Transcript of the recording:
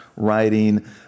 writing